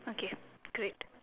okay great